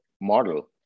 model